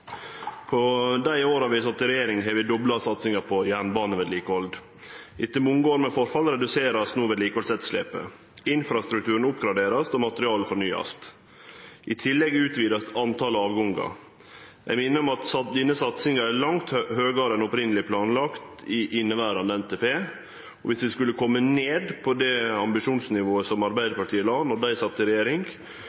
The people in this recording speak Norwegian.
På dei åra vi har sete i regjering, har vi dobla satsinga på jernbanevedlikehald. Etter mange år med forfall vert no vedlikehaldsetterslepet redusert. Infrastrukturen vert oppgradert og materiellet fornya. I tillegg vert talet på avgangar utvida. Eg vil minne om at denne satsinga er langt høgare enn opphavleg planlagt i inneverande NTP, og viss vi skulle kome ned på det ambisjonsnivået som